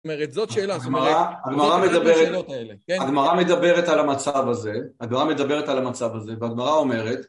זאת שאלה, זאת שאלה, הגמרא מדברת על המצב הזה, הגמרא מדברת על המצב הזה והגמרא אומרת